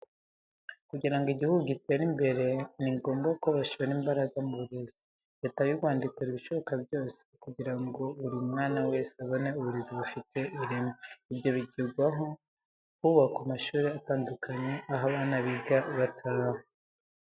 Kugira ngo igihugu gitere imbere, ni ngombwa ko bashora imbaraga mu burezi. Leta y'u Rwanda ikora ibishoboka byose kugira ngo buri mwana wese abone uburezi bufite ireme. Ibyo bigerwaho hubakwa amashuri atandukanye, aho abana biga bataha.